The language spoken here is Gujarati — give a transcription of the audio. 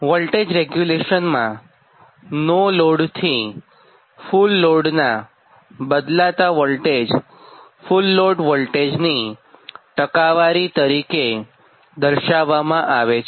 વોલ્ટેજ રેગ્યુલેશનમાં નો લોડથી ફુલ લોડનાં બદલાતા વોલ્ટેજને ફુલ લોડ વોલ્ટેજની ટકાવારી તરીકે દર્શાવ્વામાં આવે છે